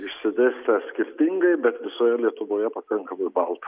išsidėstę skirtingai bet visoje lietuvoje pakankamai balta